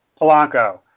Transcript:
Polanco